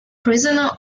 prisoners